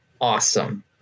awesome